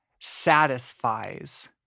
satisfies